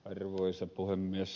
arvoisa puhemies